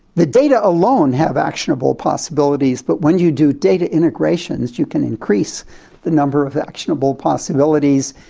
the data alone have actionable possibilities, but when you do data integrations you can increase the number of actionable possibilities,